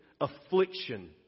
affliction